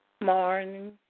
Morning